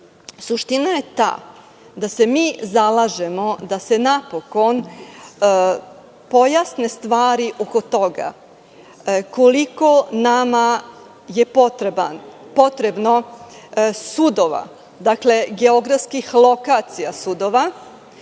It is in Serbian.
suština je ta da se mi zalažemo da se napokon pojasne stvari oko toga koliko nama je potrebno sudova, geografskih lokacija sudova,